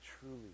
truly